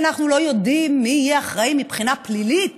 אנחנו לא יודעים מי יהיה אחראי מבחינה פלילית